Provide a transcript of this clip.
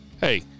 Hey